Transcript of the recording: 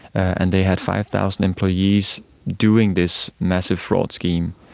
and they had five thousand employees doing this massive fraud scheme.